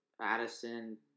addison